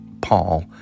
Paul